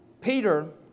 Peter